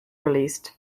released